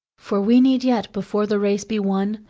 for we need yet, before the race be won,